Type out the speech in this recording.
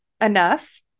enough